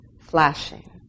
flashing